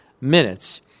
minutes